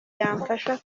yamfasha